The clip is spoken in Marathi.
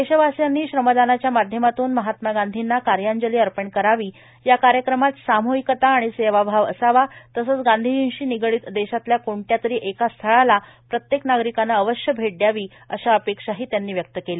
देशवासीयांनी श्रमदानाच्या माध्यमातून महात्मा गांधींना कार्यांजली अर्पण करावी या कार्यक्रमांत साम्हिकता आणि सेवाभाव असावा तसंच गांधीजींशी निगडीत देशातल्या कोणत्यातरी एका स्थळाला प्रत्येक नागरिकानं अवश्य भेट द्यावी अशा अपेक्षाही त्यांनी व्यक्त केल्या